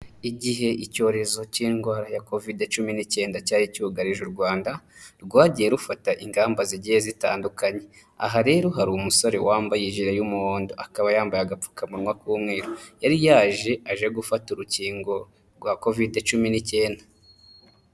Igihe icyorezo cy'indwara ya covide cumi n'icyenda cyari cyugarije u Rwanda, rwagiye rufata ingamba zigiye zitandukanye, aha rero hari umusore wambaye ijire y'umuhondo akaba yambaye agapfukamunwa k'umweru, yari yaje aje gufata urukingo rwa covide cumi n'icyenda.